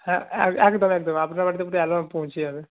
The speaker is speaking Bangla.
হ্যাঁ একদম একদম আপনার বাড়িতে অব্দি অ্যালবাম পৌঁছে যাবে